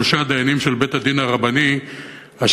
אלה שלושה דיינים של בית-הדין הרבני אשר